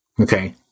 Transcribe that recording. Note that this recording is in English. Okay